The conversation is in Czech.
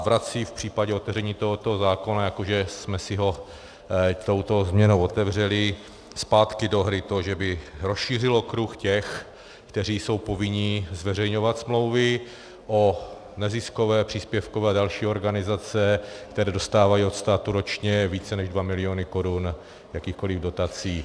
Vrací v případě otevření tohoto zákona jako že jsme si ho touto změnou otevřeli zpátky do hry to, že by rozšířil okruh těch, kteří jsou povinni zveřejňovat smlouvy, o neziskové, příspěvkové a další organizace, které dostávají od státu ročně více než dva miliony korun jakýchkoliv dotací.